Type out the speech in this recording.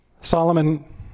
Solomon